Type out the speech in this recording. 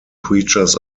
preachers